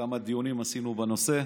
כמה דיונים עשינו בנושא,